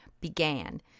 began